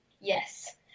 Yes